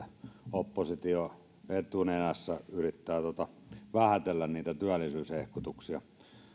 oppositio etunenässä yrittää vähätellä niitä työllisyyshehkutuksia